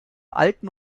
alten